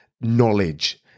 knowledge